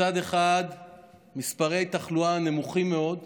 מצד אחד מספרי תחלואה נמוכים מאוד,